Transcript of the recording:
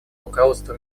руководства